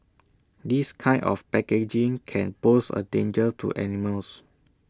this kind of packaging can pose A danger to animals